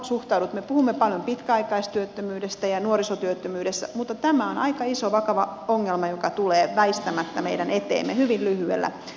me puhumme paljon pitkäaikaistyöttömyydestä ja nuorisotyöttömyydestä mutta tämä on aika iso vakava ongelma joka tulee väistämättä meidän eteemme hyvin lyhyellä aikavälillä